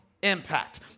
impact